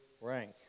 rank